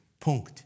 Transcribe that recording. Punkt